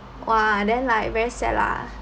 !wah! then like very sad lah